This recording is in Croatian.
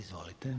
Izvolite.